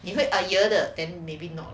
you make a year the than maybe not